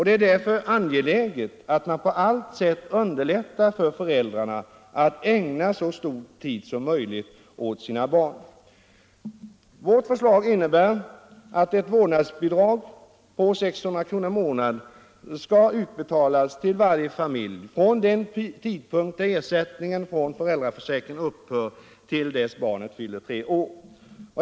Det är därför angeläget att man på allt sätt underlättar för föräldrarna att ägna så mycket tid som möjligt åt sina barn. Vårt förslag innebär att ett vårdnadsbidrag på 600 kr. per månad skall utbetalas till varje familj från den tidpunkt då ersättningen från föräldraförsäkringen upphör till dess barnet fyller tre år.